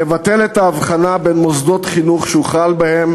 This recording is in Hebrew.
לבטל את ההבחנה בין מוסדות חינוך שהוחל בהם